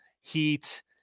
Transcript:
Heat